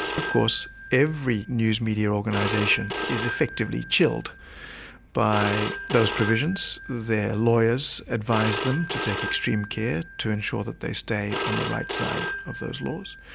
of course every news media organisation is effectively chilled by those provisions, their lawyers advise them to take extreme care to ensure that they stay on the right side of those laws,